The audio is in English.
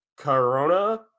Corona